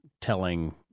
telling